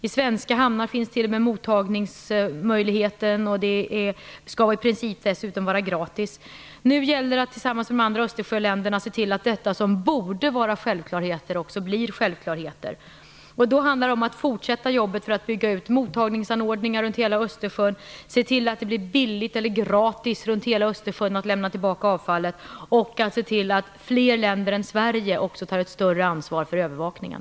I svenska hamnar finns t.o.m. mottagningsmöjligheten och det skall dessutom i princip vara gratis. Nu gäller det att tillsammans med övriga Östersjöländer se till att detta som borde vara självklarheter också blir självklarheter. Då handlar det om att fortsätta jobbet för att bygga ut mottagningsanordningar runt hela Östersjön, se till att det blir billigt eller gratis runt hela Östersjön att lämna tillbaka avfallet och att se till att fler länder än Sverige också tar ett större ansvar för övervakningen.